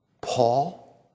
Paul